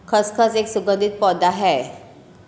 खसखस एक सुगंधित पौधा है